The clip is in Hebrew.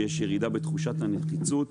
שיש ירידה בתחושת הנחיצות,